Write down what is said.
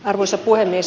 arvoisa puhemies